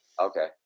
Okay